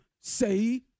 Say